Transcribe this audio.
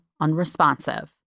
unresponsive